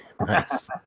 Nice